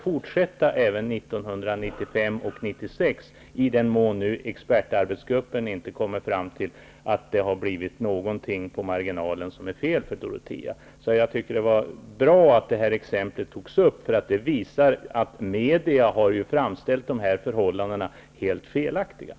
1996, i den mån expertarbetsgruppen inte kommer fram till att det på marginalen har blivit något fel för Dorotea. Det var bra att det här exemplet togs upp, därför att det visar att media har framställt förhållandena helt felaktigt.